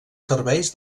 serveis